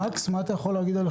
מקס, מה אתה יכול להגיד על זה?